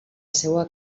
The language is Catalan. seua